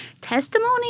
testimony